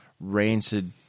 rancid